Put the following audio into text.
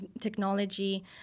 technology